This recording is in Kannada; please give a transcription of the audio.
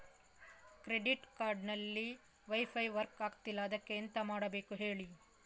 ಕ್ರೆಡಿಟ್ ಕಾರ್ಡ್ ಅಲ್ಲಿ ವೈಫೈ ವರ್ಕ್ ಆಗ್ತಿಲ್ಲ ಅದ್ಕೆ ಎಂತ ಮಾಡಬೇಕು ಹೇಳಿ